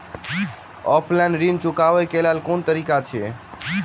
Offline ऋण चुकाबै केँ केँ कुन तरीका अछि?